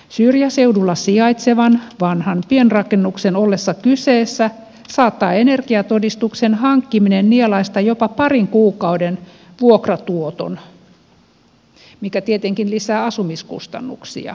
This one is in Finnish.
syrjäseudulla sijaitsevan vanhan pienrakennuksen ollessa kyseessä saattaa energiatodistuksen hankkiminen nielaista jopa parin kuukauden vuokratuoton mikä tietenkin lisää asumiskustannuksia